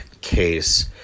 case